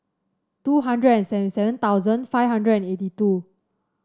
two hundred and seven seven thousand five hundred and eighty two